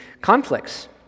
conflicts